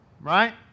right